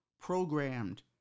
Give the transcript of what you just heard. programmed